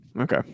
okay